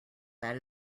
that